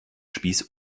spieß